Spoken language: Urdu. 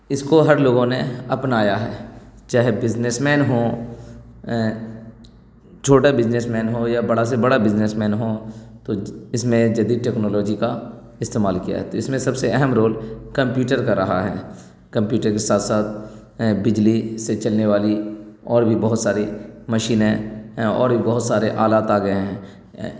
اس کو ہر لوگوں نے اپنایا ہے چاہے بزنس مین ہوں چھوٹا بزنس مین ہو یا بڑا سے بڑا بزنس مین ہوں تو اس نئے جدید ٹیکنالوجی کا استعمال کیا ہے تو اس میں سب سے اہم رول کمپیوٹر کا رہا ہے کمپیوٹر کے ساتھ ساتھ بجلی سے چلنے والی اور بھی بہت ساری مشینیں اور بھی بہت سارے آلات آ گئے ہیں